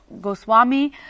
Goswami